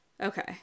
Okay